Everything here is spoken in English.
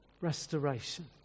Restoration